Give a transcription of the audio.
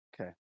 Okay